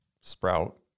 sprout